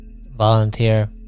Volunteer